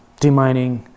demining